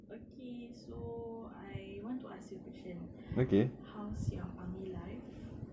okay so I want to ask you question how's your army life